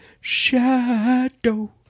shadow